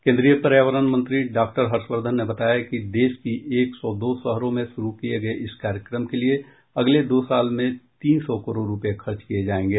केन्द्रीय पर्यावरण मंत्री डाक्टर हर्षवर्द्वन ने बताया कि देश की एक सौ दो शहरों में शुरू किये गये इस कार्यक्रम के लिए अगले दो साल में तीन सौ करोड़ रूपये खर्च किये जायेंगे